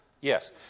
Yes